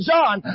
John